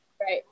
right